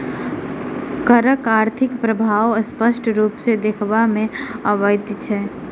करक आर्थिक प्रभाव स्पष्ट रूप सॅ देखबा मे अबैत अछि